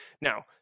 Now